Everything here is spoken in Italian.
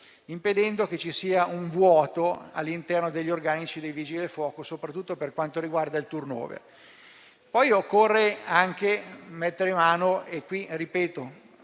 impedendo che ci sia un vuoto all'interno degli organici dei Vigili del fuoco, soprattutto per quanto riguarda il *turnover.* Inoltre occorre anche mettere mano, in maniera